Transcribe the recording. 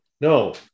No